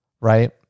right